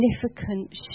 significant